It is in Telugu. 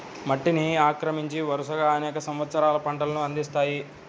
మట్టిని ఆక్రమించి, వరుసగా అనేక సంవత్సరాలు పంటలను అందిస్తాయి